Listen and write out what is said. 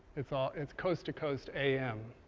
it's ah it's coast to coast am.